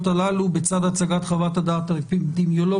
הללו בצד הצגת חוות דעת אפידמיולוגית.